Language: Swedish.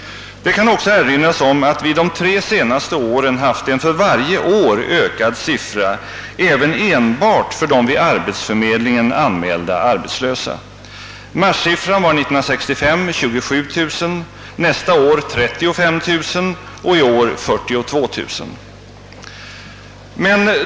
Det kan också erinras om att vi de tre senaste åren haft en för varje år ökad siffra även enbart för de vid arbetförmedlingen anmälda «arbetslösa. Marssiffran var 1965 27000, nästa år 35 000 och i år 42 000.